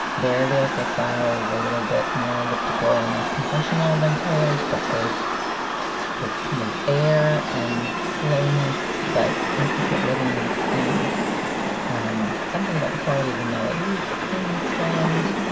their lyrical style is a little bit more elliptical and less confessional than tailers, but the the kind of air and slowness but intricate rhythms and um something about the quality of the melodies in strand